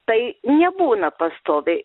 tai nebūna pastoviai